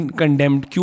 condemned